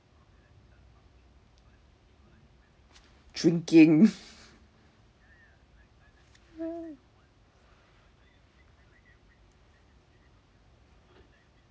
drinking